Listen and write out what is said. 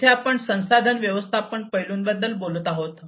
येथे आपण संसाधन व्यवस्थापन पैलूंबद्दल बोलत आहोत